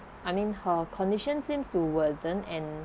I mean her condition seems to worsen and